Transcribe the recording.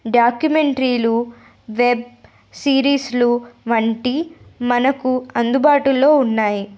డాక్యుమెంట్రీలు web సీరీస్లు వంటి మనకు అందుబాటులో ఉన్నాయి